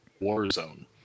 Warzone